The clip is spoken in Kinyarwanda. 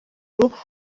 w’amaguru